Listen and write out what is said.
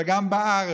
אלא גם בארץ.